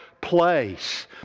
place